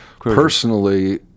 personally